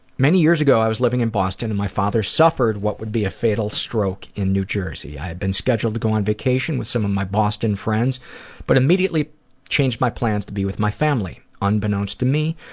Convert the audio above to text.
many years ago i was living in boston and my father suffered what would be a fatal stroke in new jersey. i had been scheduled to go on vacation with some of my boston friends but immediately changed my plans to be with my family. unbeknownst to me,